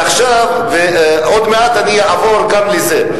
ועוד מעט אני אעבור גם לזה.